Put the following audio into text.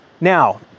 now